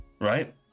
right